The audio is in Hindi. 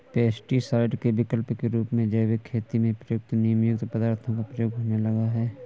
पेस्टीसाइड के विकल्प के रूप में जैविक खेती में प्रयुक्त नीमयुक्त पदार्थों का प्रयोग होने लगा है